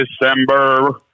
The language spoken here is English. December